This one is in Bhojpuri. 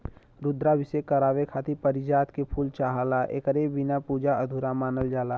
रुद्राभिषेक करावे खातिर पारिजात के फूल चाहला एकरे बिना पूजा अधूरा मानल जाला